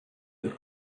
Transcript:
the